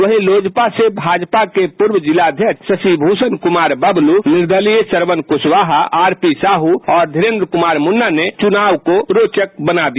वहीं एलजेपी से भाजपा के पूर्व जिलाध्यक्ष शशि भूषण कूमार निर्दलीय श्रवण कूशवाहा आरपी साहू और धिरेंद्र कूमार मुन्ना ने चुनाव को रोचक बना दिया है